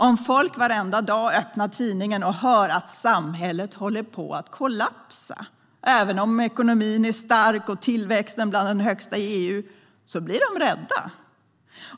Om folk varenda dag öppnar tidningen och kan läsa att samhället håller på att kollapsa, även om ekonomin är stark och tillväxten bland de högsta i EU, blir de rädda.